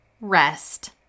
rest